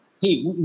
hey